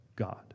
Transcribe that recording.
god